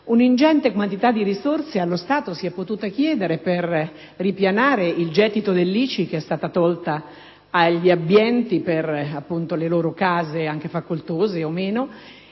un'ingente quantità di risorse allo Stato si è potuta chiedere per ripianare il gettito dell'ICI tolta agli abbienti per le loro case, facoltose o meno,